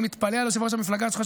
אני מתפלא על יושב-ראש המפלגה שלך,